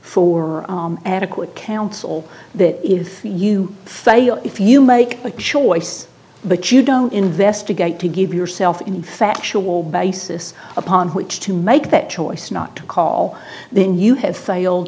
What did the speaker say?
for adequate counsel that if you if you make a choice but you don't investigate to give yourself in factual basis upon which to make that choice not to call then you have failed